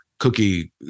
cookie